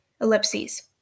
Ellipses